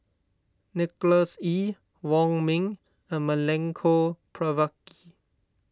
Nicholas Ee Wong Ming and Milenko Prvacki